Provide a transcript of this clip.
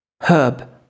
Herb